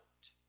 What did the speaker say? out